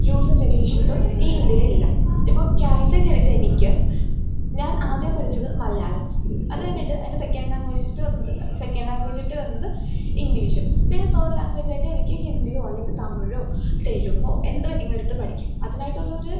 rules and റെഗുലേഷൻസും ഈ ഇന്ത്യയിലില്ല ഇപ്പോൾ കേരളത്തിൽ ജനിച്ച എനിക്ക് ഞാൻ ആദ്യം പഠിച്ചത് മലയാളം അതു കഴിഞ്ഞിട്ട് എൻ്റെ സെക്കൻ്റ് ലാംഗ്വേജായിട്ട് വന്നത് സെക്കൻ്റ് ലാംഗ്വേജായിട്ടു വന്നത് ഇംഗ്ലീഷ് പിന്നെ തേഡ് ലാംഗ്വേജായിട്ട് എനിക്ക് ഹിന്ദിയോ അല്ലെങ്കിൽ തമിഴോ തെലുങ്കോ എന്തു വേണമെങ്കിലുമെടുത്ത് പഠിക്കാം അതിനായിട്ടുള്ളൊരു